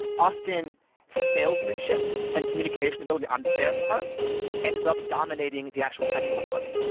often salesmanship and communication ability on their part ends up dominating the actual technical ability.